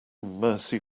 mercy